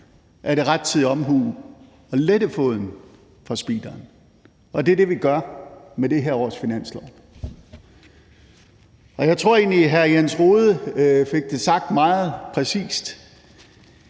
er det rettidig omhu at lette foden fra speederen, og det er det, vi gør med det her års finanslov. Jeg tror egentlig, at hr. Jens Rohde fik sagt det meget præcist,